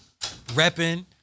repping